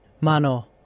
Mano